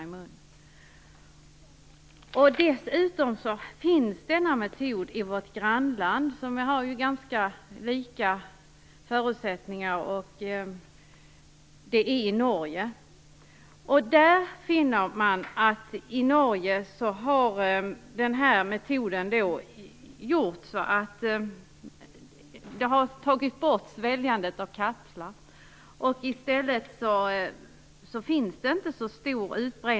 Den föreslagna metoden tillämpas också i vårt grannland Norge, där man har ganska likartade förutsättningar. Där har denna metod lett till att sväljandet av kapslar minskat.